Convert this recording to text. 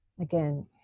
again